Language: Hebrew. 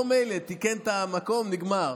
פה מילא, תיקן במקום, נגמר,